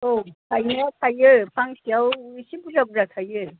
औ थाइनाया थायो फांसेयाव एसे बुरजा बुरजा थाइयो